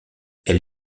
elle